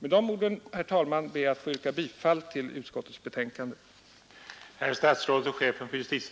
Med dessa ord, herr talman, ber jag att få yrka bifall till utskottets betänkande.